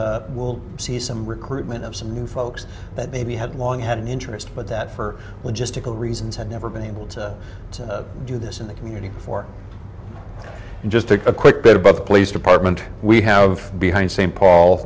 we'll see some recruitment of some new folks that maybe had long had an interest but that for logistical reasons had never been able to do this in the community before and just take a quick better but the police department we have behind same paul